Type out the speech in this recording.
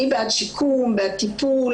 אני בעד שיקום, בעד טיפול.